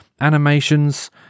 animations